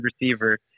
receiver